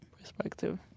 perspective